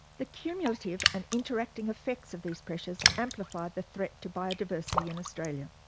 the cumulative and interacting effects of these pressures amplify the threat to biodiversity in australia.